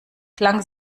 klang